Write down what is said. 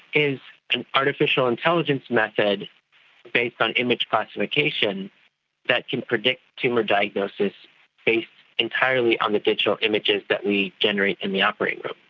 is an artificial intelligence method based on image classification that can predict tumour diagnosis based entirely on the digital images that we generate in the operating room.